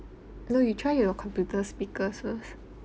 no you try your computer speakers first